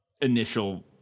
initial